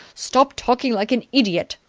stop talking like an idiot!